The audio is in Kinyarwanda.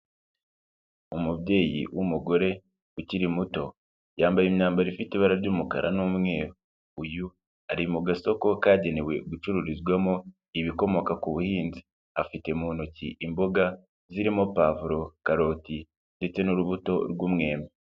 Umubyeyi w'umugore ukiri muto yambaye imyambaro ifite ibara ry'umukara n'umweru, uyu ari mu gasoko kagenewe gucururizwamo ibikomoka ku buhinzi, afite mu ntoki imboga zirimo pavuro, karoti ndetse n'urubuto rw'umwembe.